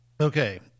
Okay